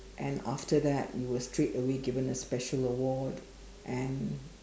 and after that you were straight away given a special award and